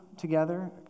together